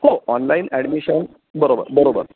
हो online admission बरोबर बरोबर